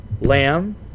Lamb